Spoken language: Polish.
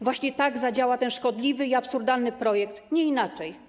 Właśnie tak zadziała ten szkodliwy i absurdalny projekt, nie inaczej.